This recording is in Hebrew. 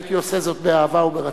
הייתי עושה זאת באהבה וברצון.